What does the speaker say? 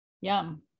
yum